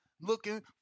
looking